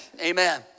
Amen